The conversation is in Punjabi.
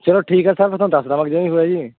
ਚਲੋ ਠੀਕ ਹੈ ਸਰ ਮੈਂ ਤੁਹਾਨੂੰ ਦੱਸ ਦੇਵਾਂਗਾ ਜਿਵੇਂ ਵੀ ਹੋਇਆ ਜੀ